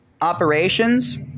operations